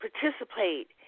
participate